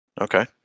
Okay